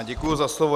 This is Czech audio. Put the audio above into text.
Děkuji za slovo.